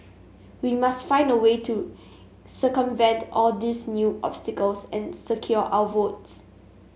we must find a way to circumvent all these new obstacles and secure our votes